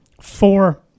four